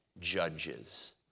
Judges